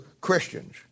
Christians